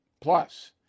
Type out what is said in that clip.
Plus